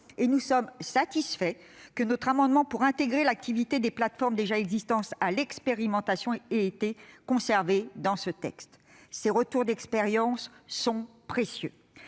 et nous sommes satisfaits que notre amendement visant à intégrer l'activité des plateformes déjà existantes à l'expérimentation ait été conservé dans le texte. Ces retours d'expérience sont précieux.